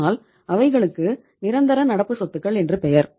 அதனால் அவைகளுக்கு நிரந்தர நடப்பு சொத்துக்கள் என்று பெயர்